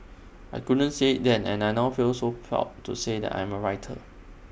I couldn't say then and I now feel proud to say I am A writer